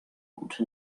gute